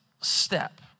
step